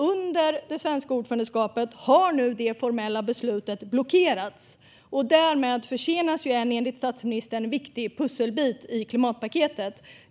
Under det svenska ordförandeskapet har nu det formella beslutet blockerats, och därmed försenas ju en enligt statsministern viktig pusselbit i klimatpaketet.